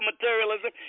materialism